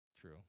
True